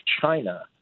China